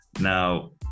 Now